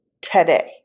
Today